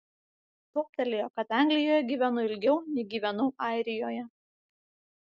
toptelėjo kad anglijoje gyvenu ilgiau nei gyvenau airijoje